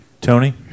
Tony